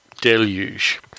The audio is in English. deluge